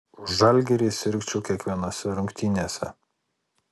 už žalgirį sirgčiau kiekvienose rungtynėse